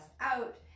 out